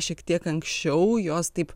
šiek tiek anksčiau jos taip